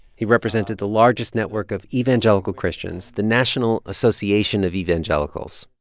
he represented the largest network of evangelical christians the national association of evangelicals,